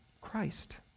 Christ